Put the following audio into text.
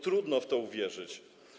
Trudno w to uwierzyć.